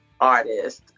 artist